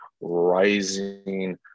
rising